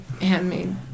handmade